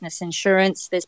insurance